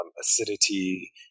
acidity